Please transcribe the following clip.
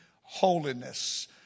holiness